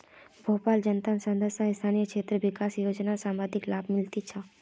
भोपालेर जनताक सांसद स्थानीय क्षेत्र विकास योजनार सर्वाधिक लाभ मिलील छ